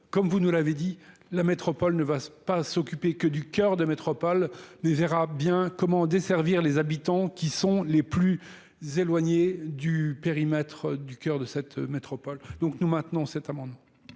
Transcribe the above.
comme vous nous l'avez dit, la métropole nee va pas s'occuper que du cœur s'occuper que du cœur des métropoles. mais verra bien comment desservir les habitants qui sont les plus éloignés du périmètre du cœur de cette métropole. Donc, nous maintenons cet amendement